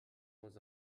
was